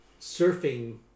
surfing